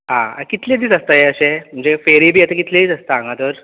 आ कितले दीस आसता हें अशें म्हन्जे फेरी बी आतां कितले दीस आसता हांगा तर